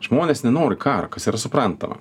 žmonės nenori karo kas yra suprantama